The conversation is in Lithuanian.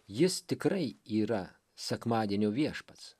jis tikrai yra sekmadienio viešpats